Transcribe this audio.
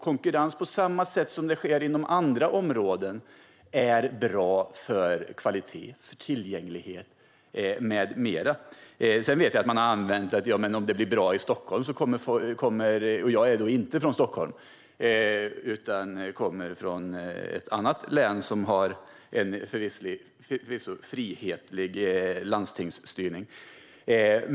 Konkurrens på samma sätt som inom andra områden är bra för kvalitet, tillgänglighet med mera. Jag är inte från Stockholm, utan jag kommer från ett län som förvisso har en frihetlig landstingsstyrning.